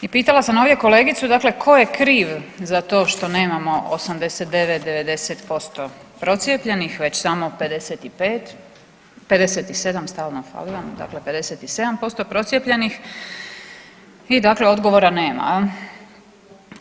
I pitala sam ovdje kolegicu dakle ko je kriv za to što nemamo 89-90% procijepljenih već samo 55, 57, stalno faldam, dakle 57% procijepljenih i dakle odgovora nema jel.